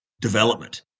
development